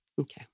Okay